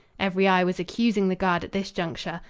every eye was accusing the guard at this juncture.